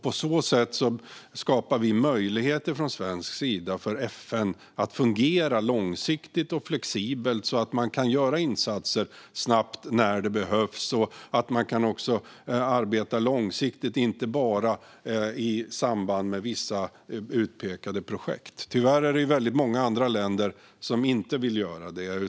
På så sätt skapar vi möjligheter från svensk sida för FN att fungera långsiktigt och flexibelt så att man kan göra insatser snabbt när det behövs. Man kan också arbeta långsiktigt, inte bara i samband med vissa utpekade projekt. Tyvärr är det väldigt många andra länder som inte vill göra det.